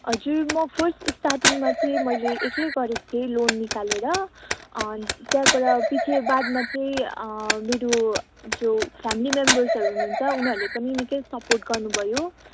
हजुर म फर्स्ट स्टार्टिङमा चाहिँ मैले एक्लै गरेको थिएँ लोन निकालेर त्यहाँबाट पछि बादमा चाहिँ मेरो जो फेमिली मेम्बर्सहरू हुनुहुन्छ उनीहरूले पनि निकै सपोर्ट गर्नुभयो